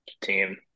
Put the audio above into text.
team